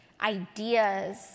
ideas